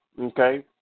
Okay